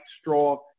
straw